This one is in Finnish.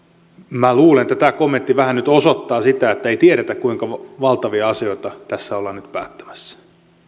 minä luulen että tämä kommentti vähän nyt osoittaa sitä ettei tiedetä kuinka valtavia asioita tässä ollaan nyt päättämässä